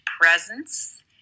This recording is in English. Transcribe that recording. presence